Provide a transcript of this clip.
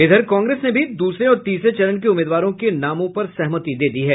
उधर कांग्रेस ने भी दूसरे और तीसरे चरण के उम्मीदवारों के नामों पर सहमति दे दी है